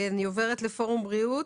אני עוברת לפורום בריאות,